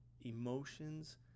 emotions